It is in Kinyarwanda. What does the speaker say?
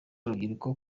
urubyiruko